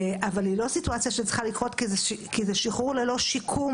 היא לא סיטואציה שצריכה לקרות כי זה שחרור ללא שיקום.